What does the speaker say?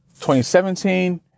2017